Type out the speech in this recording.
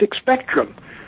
spectrum